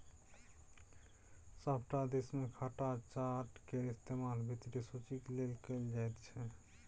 सभटा देशमे खाता चार्ट केर इस्तेमाल वित्तीय सूचीक लेल कैल जाइत छै